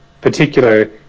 particular